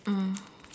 mm